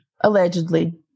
Allegedly